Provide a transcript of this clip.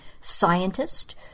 scientist